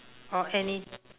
or any